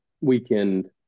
weekend